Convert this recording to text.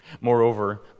Moreover